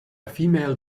female